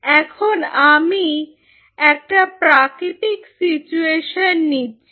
এখন আমি একটা প্রাকৃতিক সিচুয়েশন নিচ্ছি